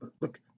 look